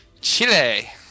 Chile